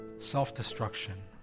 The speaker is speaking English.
self-destruction